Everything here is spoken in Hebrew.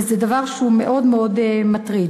וזה דבר שהוא מאוד מאוד מטריד.